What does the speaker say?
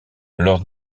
lors